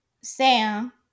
Sam